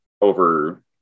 over